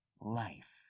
life